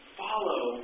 follow